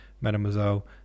mademoiselle